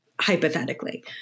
hypothetically